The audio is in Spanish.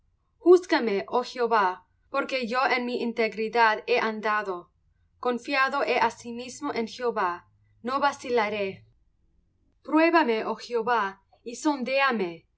juzgame oh jehová porque yo en mi integridad he andado confiado he asimismo en jehová no vacilaré pruébame oh jehová y